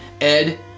Ed